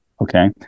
okay